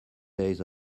days